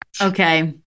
Okay